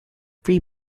free